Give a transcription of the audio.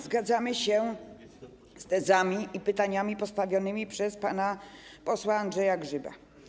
Zgadzamy się z tezami i pytaniami postawionymi przez pana posła Andrzeja Grzyba.